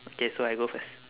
okay so I go first